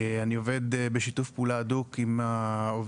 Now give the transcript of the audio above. אני עובד בשיתוף פעולה הדוק עם הצוותים